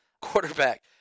quarterback